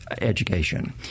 education